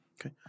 Okay